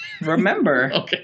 Remember